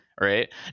right